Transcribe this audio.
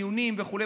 עיוניים וכו'